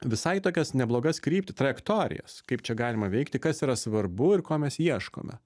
visai tokias neblogas kryptį trajektorijas kaip čia galima veikti kas yra svarbu ir ko mes ieškome